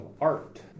art